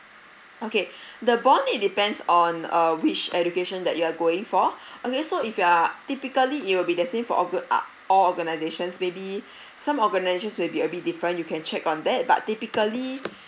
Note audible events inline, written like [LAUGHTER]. okay [BREATH] the bond it depends on uh which education that you are going for [BREATH] okay so if you are typically you'll be the same for orga~ ah all organisations maybe [BREATH] some organisations will be a bit different you can check on that but typically [BREATH]